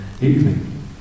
evening